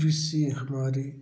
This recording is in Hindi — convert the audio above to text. कृषि हमारी